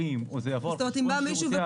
שירותי